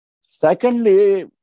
Secondly